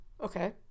Okay